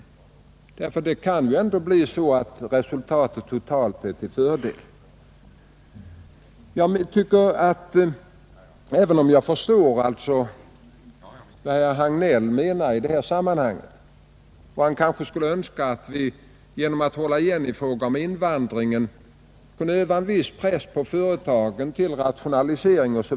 Resultatet kan ju ändå totalt sett bli till fördel. Jag tror emellertid att jag förstår vad herr Hagnell menar. Han vill att vi genom att hålla tillbaka på invandringen skall utöva en viss press på företagen och få dem att rationalisera.